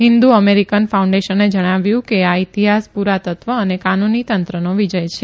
Hindu American ફાઉન્ડેશને જણાવ્યું કે આ ઇતિહાસ પુરાતત્વ અને કાનુની તંત્રનો વિજય છે